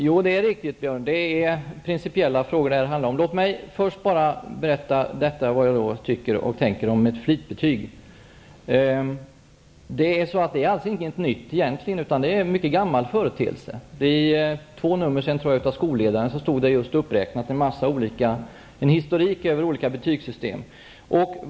Herr talman! Jo, det är riktigt, Björn Samuelson, att det här handlar om principiella frågor. Låt mig först berätta vad jag tycker och tänker om ett flitbetyg. Det är egentligen ingenting nytt, utan det är en mycket gammal företeelse. Jag tror att det -- för två nummer sedan -- i Skolledaren fanns en historik över olika betygssystem.